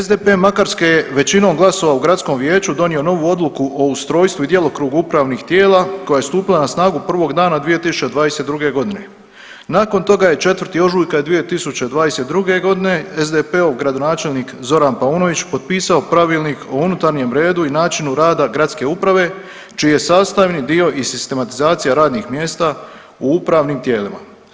SDP Makarske je većinom glasova u gradskom vijeću donio novu odluku u ustrojstvu i djelokrugu upravnih tijela koja je stupila na snagu prvog dana 2022. godine, nakon toga je 4. ožujka 2022. godine SDP-ov gradonačelnik Zoran Paunović potpisao Pravilnik o unutarnjem redu i načinu rada gradske uprave čiji je sastavni dio i sistematizacija radnih mjesta u upravnim tijelima.